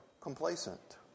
complacent